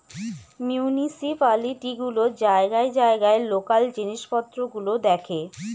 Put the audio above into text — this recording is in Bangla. মিউনিসিপালিটি গুলো জায়গায় জায়গায় লোকাল জিনিস পত্র গুলো দেখে